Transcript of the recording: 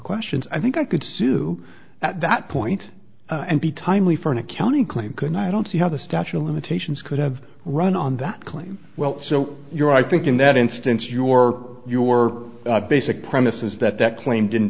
questions i think i could sue at that point and be timely for an accounting claim could i don't see how the statute of limitations could have run on that claim well so you're i think in that instance your your basic premise is that that claim didn't